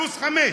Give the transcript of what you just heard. פלוס 5,